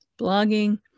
blogging